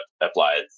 applied